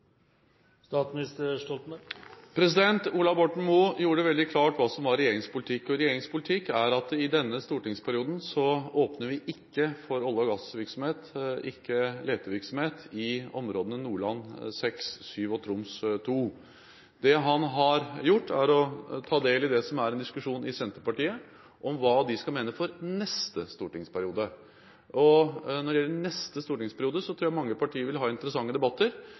Ola Borten Moe gjorde det veldig klart hva som er regjeringens politikk, og regjeringens politikk er at vi i denne stortingsperioden ikke åpner for olje- og gassvirksomhet eller letevirksomhet i områdene Nordland VI og VII og Troms II. Det han har gjort, er å ta del i en diskusjon i Senterpartiet om hva de skal mene for neste stortingsperiode. Når det gjelder neste stortingsperiode, tror jeg at mange partier vil ha interessante debatter